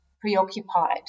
preoccupied